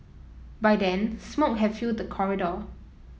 by then smoke have filled the corridor